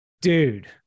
Dude